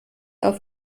auf